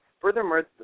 Furthermore